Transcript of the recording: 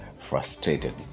frustrated